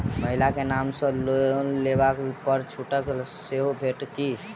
महिला केँ नाम सँ लोन लेबऽ पर छुटक लाभ सेहो भेटत की?